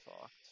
fucked